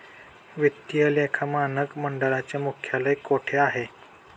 वित्तीय लेखा मानक मंडळाचे मुख्यालय कोठे आहे?